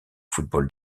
football